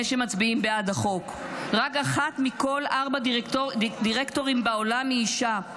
שמצביעים בעד החוק: רק אחת מכל ארבעה דירקטורים בעולם היא אישה,